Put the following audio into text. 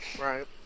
Right